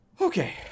okay